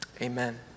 Amen